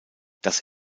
das